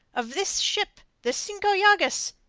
of this ship the cinco llagas,